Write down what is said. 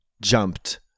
jumped